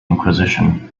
inquisition